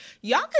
y'all